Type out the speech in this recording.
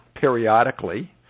periodically